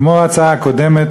כמו ההצעה הקודמת,